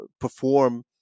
perform